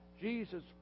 Jesus